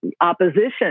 opposition